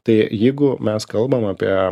tai jeigu mes kalbam apie